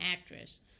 actress